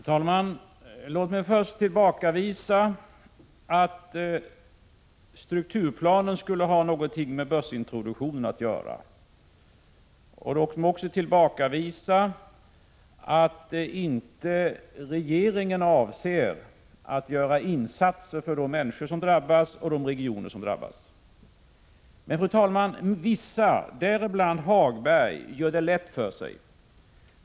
Fru talman! Låt mig först tillbakavisa att strukturplanen skulle ha något med börsintroduktionen att göra. Låt mig också tillbakavisa påståendet att regeringen inte avser att göra några insatser för de människor och regioner som drabbas. Men, fru talman, vissa människor, däribland Lars-Ove Hagberg, gör det lätt för sig.